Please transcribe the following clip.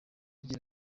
agira